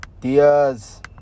Diaz